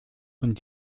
und